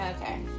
okay